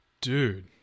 dude